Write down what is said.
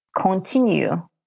continue